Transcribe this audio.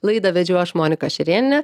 laidą vedžiau aš monika šerėnienė